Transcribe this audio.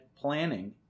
Planning